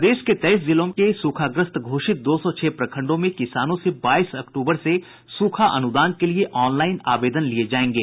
प्रदेश के तेईस जिलों के सूखाग्रस्त घोषित दो सौ छह प्रखंडों में किसानों से बाईस अक्टूबर से सूखा अनुदान के लिए ऑनलाईन आवेदन लिये जायेंगे